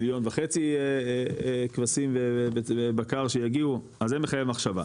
מיליון כבשים ובקר שיגיעו אז זה מחייב מחשבה.